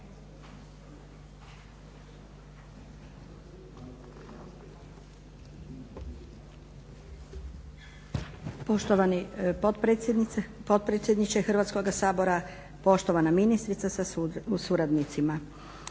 Poštovani potpredsjedniče Hrvatskoga Sabora, poštovana ministrice sa suradnicima.